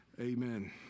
Amen